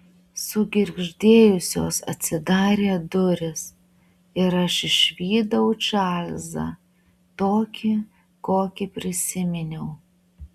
sugirgždėjusios atsidarė durys ir aš išvydau čarlzą tokį kokį prisiminiau